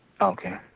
okay